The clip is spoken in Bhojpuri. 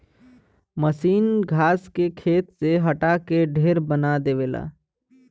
मसीन घास के खेत से हटा के ढेर बना देवला